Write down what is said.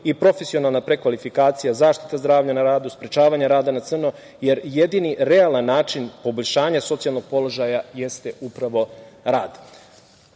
i profesionalna prekvalifikacija, zaštita zdravlja na radu, sprečavanje rada na crno, jer jedini realni način poboljšanja socijalnog položaja jeste upravo